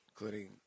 including